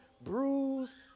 bruised